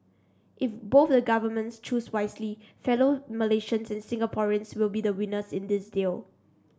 if both the governments choose wisely fellow Malaysians and Singaporeans will be winners in this deal